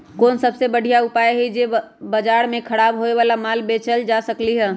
कोन सबसे बढ़िया उपाय हई जे से बाजार में खराब होये वाला माल बेचल जा सकली ह?